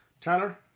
Tyler